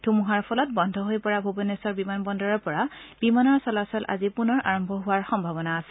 ধুমুহাৰ ফলত বন্ধ হৈ পৰা ভূবনেশ্বৰ বিমান বন্দৰৰ পৰা বিমানৰ চলাচল আজি পুনৰ আৰম্ভ হোৱাৰ সম্ভাৱনা আছে